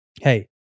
hey